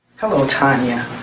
hello, tonya.